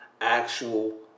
actual